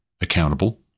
accountable